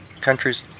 countries